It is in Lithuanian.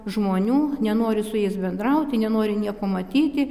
žmonių nenori su jais bendrauti nenori nieko matyti